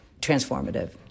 transformative